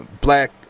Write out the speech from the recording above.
Black